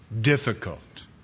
Difficult